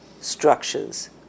structures